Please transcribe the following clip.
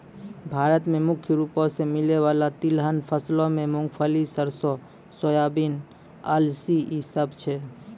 भारत मे मुख्य रूपो से मिलै बाला तिलहन फसलो मे मूंगफली, सरसो, सोयाबीन, अलसी इ सभ छै